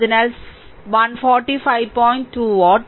2 what